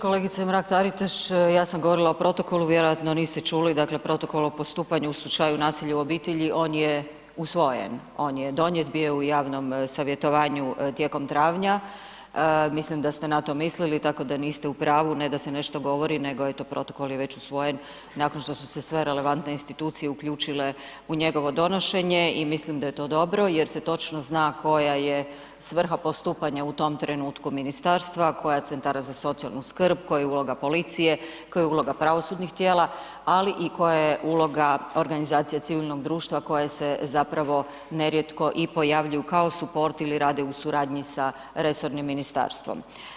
Kolegice Mrak Taritaš, ja sam govorila o protokolu, vjerojatno niste čuli, dakle protokol o postupanju u slučaju nasilja u obitelji, on je usvojen, on je donijet bio u javnom savjetovanju tijekom travnja, mislim da ste na to mislili tako da niste u pravu, ne da se nešto govori nego je to protokol je već usvojen nakon što su se sve relevantne institucije uključile u njegovo donošenje i mislim da je to dobro jer se točno zna koja se svrha postupanja u tom trenutku ministarstva a koja CZSS-a, koja je uloga policije, koja je uloga pravosudnih tijela ali i koja je uloga organizacije civilnog društva koja se zapravo nerijetko i pojavljuju kao suport ili rade u suradnji sa resornim ministarstvom.